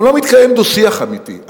גם לא מתקיים דו-שיח אמיתי.